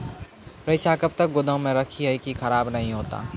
रईचा कब तक गोदाम मे रखी है की खराब नहीं होता?